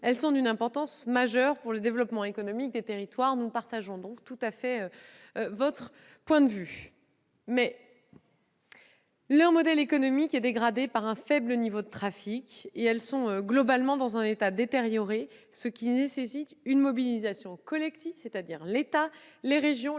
elles sont d'une importance majeure pour le développement économique des territoires. Nous partageons donc tout à fait votre point de vue. Néanmoins, leur modèle économique est dégradé par un faible niveau de trafic, et elles sont globalement dans un état détérioré, ce qui nécessite une mobilisation collective de l'État, des régions et des opérateurs